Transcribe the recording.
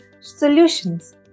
solutions